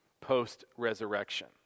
post-resurrection